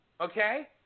Okay